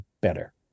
better